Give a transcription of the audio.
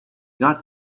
not